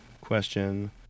question